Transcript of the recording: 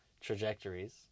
trajectories